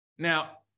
Now